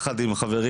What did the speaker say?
יחד עם חברי,